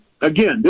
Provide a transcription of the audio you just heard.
again